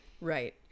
right